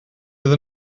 oedd